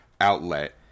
outlet